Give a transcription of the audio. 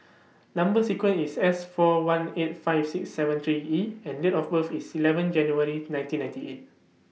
Number sequence IS S four one eight five six seven three E and Date of birth IS eleven January nineteen ninety eight